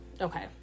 okay